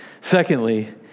Secondly